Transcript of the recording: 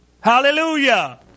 Hallelujah